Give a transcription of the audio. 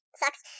sucks